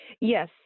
yes